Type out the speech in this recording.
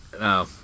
No